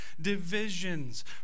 Divisions